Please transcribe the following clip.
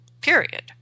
period